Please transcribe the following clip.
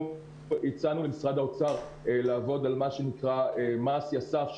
הצענו למשרד האוצר לעבוד על מה שנקרא מס יסף,